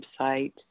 website